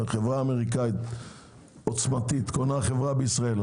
החברה האמריקאית קונה חברה בישראל,